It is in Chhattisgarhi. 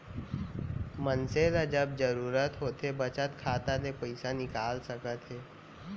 मनसे ल जब जरूरत होथे बचत खाता ले पइसा निकाल सकत हे